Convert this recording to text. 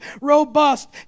robust